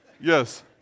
Yes